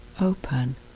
open